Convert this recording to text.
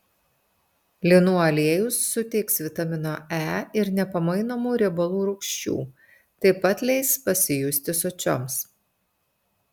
linų aliejus suteiks vitamino e ir nepamainomų riebalų rūgščių taip pat leis pasijusti sočioms